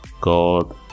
God